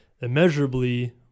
immeasurably